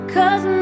Cause